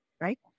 right